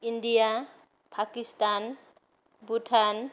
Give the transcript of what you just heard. India Pakistan Bhutan